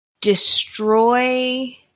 destroy